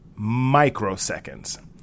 microseconds